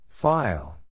File